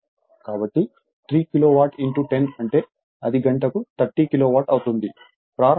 కాబట్టి 3 కిలోవాట్ 10 అంటే అది గంటకు 30 కిలోవాట్ అవుతుంది